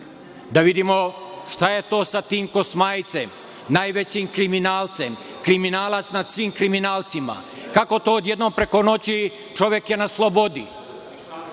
vidimo šta je to sa tim Kosmajcem, najvećim kriminalcem, kriminalac nad svim kriminalcima. Kako to odjednom preko noći čovek je na slobodi,